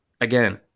again